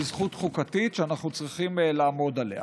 היא זכות חוקתית שאנחנו צריכים לעמוד עליה.